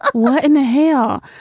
what in the hell?